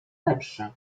lepsze